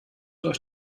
euch